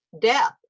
death